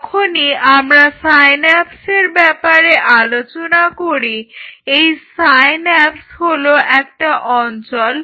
যখনই আমরা সাইন্যাপসের ব্যাপারে আলোচনা করি এই সাইন্যাপস হলো একটা অঞ্চল